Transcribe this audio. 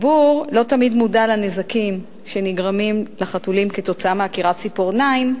הציבור לא תמיד מודע לנזקים שנגרמים לחתולים כתוצאה מעקירת ציפורניים,